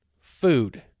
Food